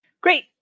Great